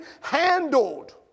handled